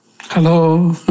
Hello